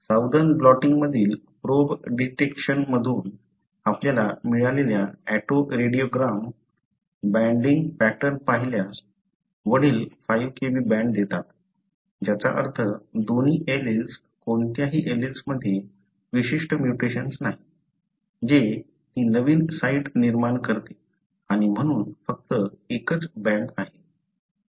southern blotting मधील probe डिटेक्शनमधून आपल्याला मिळालेल्या ऑटो रेडिओग्राम बँडिंग पॅटर्न पाहिल्यास वडील 5 Kb बँड देतात ज्याचा अर्थ दोन्ही एलील्स कोणत्याही एलील्समध्ये विशिष्ट म्युटेशन्स नाही जे ती नवीन साइट निर्माण करते आणि म्हणून फक्त एकच बँड आहे